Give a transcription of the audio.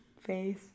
face